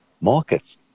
markets